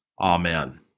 Amen